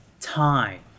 Time